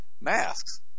masks